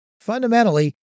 Fundamentally